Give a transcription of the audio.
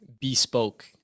bespoke